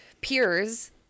peers